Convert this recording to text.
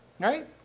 Right